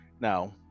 Now